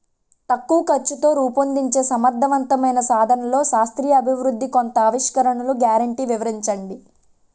తక్కువ ఖర్చుతో రూపొందించే సమర్థవంతమైన సాధనాల్లో శాస్త్రీయ అభివృద్ధి కొత్త ఆవిష్కరణలు గ్యారంటీ వివరించండి?